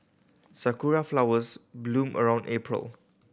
sakura flowers bloom around April